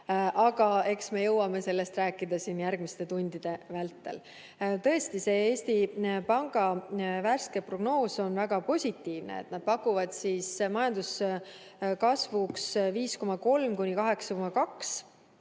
Aga eks me jõuame sellest rääkida siin järgmiste tundide vältel. Tõesti, see Eesti Panga värske prognoos on väga positiivne. Nad pakuvad majanduskasvuks 5,3–8,2% ja